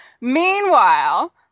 Meanwhile